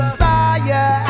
fire